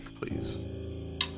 please